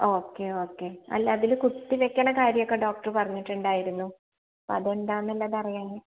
okay okay അല്ലതിൽ കുത്തി വെയ്ക്കണ കാര്യമൊക്കെ ഡോക്ടറ് പറഞ്ഞിട്ടുണ്ടായിരുന്നു അപ്പം അതൊണ്ടാന്നല്ലേ പറഞ്ഞത്